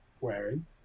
wearing